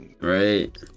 right